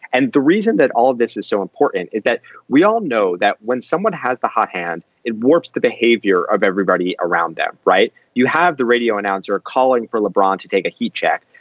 and the reason that all of this is so important is that we all know that when someone has the hot hand, it warps the behavior of everybody around them. right. you have the radio announcer calling for lebron to take a heat check.